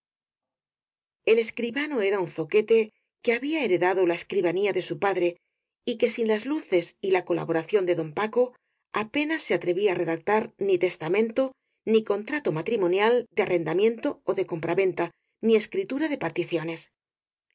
el escribano era un zoquete que había hereda do la escribanía de su padre y que sin las luces y la colaboración de don paco apenas se atrevía á re dactar ni testamento ni contrato matrimonial de arrendamiento ó de compra venta ni escritura de particiones